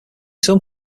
some